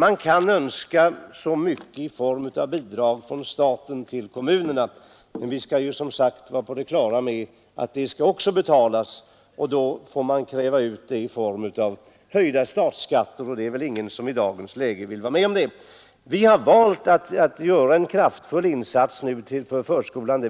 Man kan önska så mycket i form av bidrag från staten till kommunerna, men vi skall vara på det klara med att det också skall betalas, och då får man kräva ut det i form av höjda statsskatter, och det är väl ingen som i dagens läge vill vara med om det. Jag vill betona att vi har valt att nu göra en kraftfull insats för förskolan.